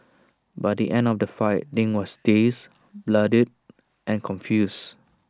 by the end of the fight ding was dazed bloodied and confused